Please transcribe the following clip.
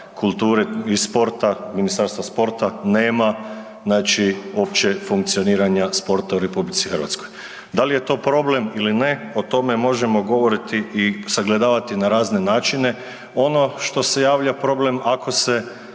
kulture i sporta, Ministarstva sporta nema znači uopće funkcioniranja sporta u RH. Da li je to problem ili ne o tome možemo govoriti i sagledavati na razne načine. Ono što se javlja problem ako se